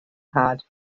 had